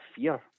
fear